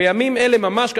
בימים אלה ממש.